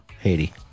Haiti